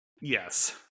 yes